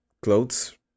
clothes